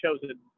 chosen